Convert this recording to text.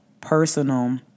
personal